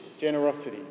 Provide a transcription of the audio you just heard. generosity